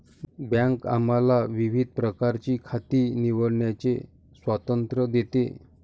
bank आम्हाला विविध प्रकारची खाती निवडण्याचे स्वातंत्र्य देते